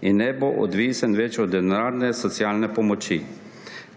in ne bo več odvisen od denarne socialne pomoči